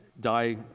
die